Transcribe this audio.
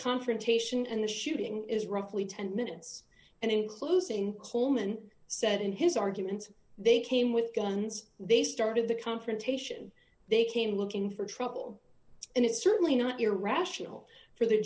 confrontation and the shooting is roughly ten minutes and in closing coleman said in his arguments they came with guns they started the confrontation they came looking for trouble and it's certainly not irrational for the